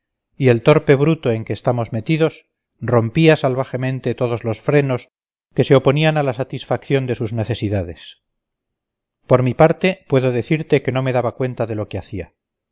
y el torpe bruto en que estamos metidos rompía salvajemente todos los frenos que se oponían a la satisfacción de sus necesidades por mi parte puedo decirte que no me daba cuenta de lo que hacía